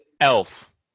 Elf